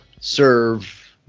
serve